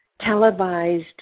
televised